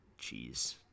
jeez